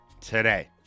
Today